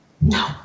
No